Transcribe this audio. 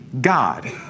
God